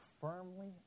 firmly